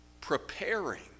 preparing